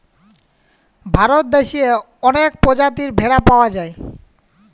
ভারত দ্যাশে অলেক পজাতির ভেড়া পাউয়া যায়